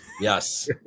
Yes